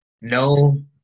no